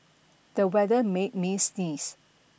the weather made me sneeze